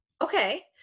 okay